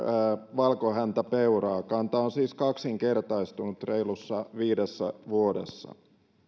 valkohäntäpeuraa kanta on siis kaksinkertaistunut reilussa viidessä vuodessa